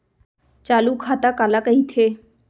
चालू खाता काला कहिथे?